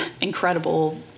incredible